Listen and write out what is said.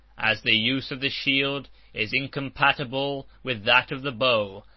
as the use of the shield is incompatible with that of the bow,